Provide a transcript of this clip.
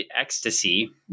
ecstasy